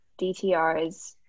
DTRs